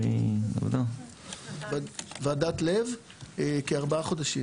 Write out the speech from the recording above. ועדת לב כארבעה חודשים